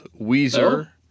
Weezer